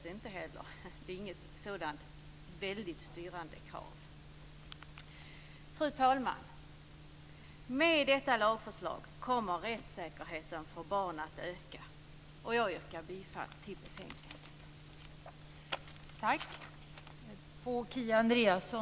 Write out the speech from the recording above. Det är alltså inget helt styrande krav. Fru talman! Med detta lagförslag kommer rättssäkerheten för barn att öka. Jag yrkar bifall till utskottets hemställan i betänkandet.